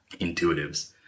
Intuitives